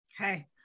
Okay